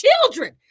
children